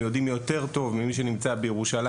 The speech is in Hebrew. הם יודעים יותר טוב ממי שנמצא בירושלים,